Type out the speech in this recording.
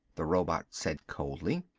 the robot said coldly.